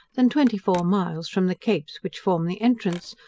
than twenty four miles from the capes which form the entrance,